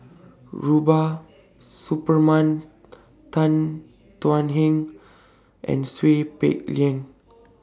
Rubiah Suparman Tan Thuan Heng and Seow Peck Leng